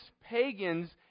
pagans